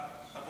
אתה משלנו.